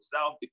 South